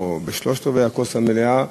או בשלושת-רבעי הכוס המלאה,